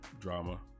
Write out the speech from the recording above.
drama